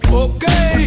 okay